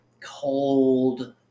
cold